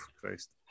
Christ